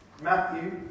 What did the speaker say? Matthew